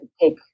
take